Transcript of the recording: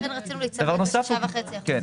אתם רוצים 6.5 אחוזים.